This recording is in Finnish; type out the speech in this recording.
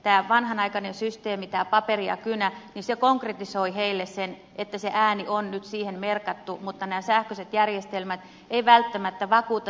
tämä vanhanaikainen systeemi paperi ja kynä konkretisoi heille sen että se ääni on nyt siihen merkattu mutta nämä sähköiset järjestelmät eivät välttämättä vakuuta vanhusväestöä